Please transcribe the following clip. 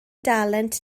dalent